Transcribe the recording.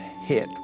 hit